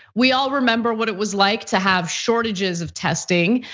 we all remember what it was like to have shortages of testing.